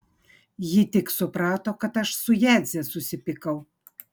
ji tik suprato kad aš su jadze susipykau